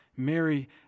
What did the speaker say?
Mary